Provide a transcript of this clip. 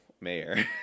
mayor